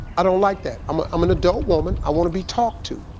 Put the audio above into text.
i don't like that. i'm i'm an adult woman. i want to be talked to.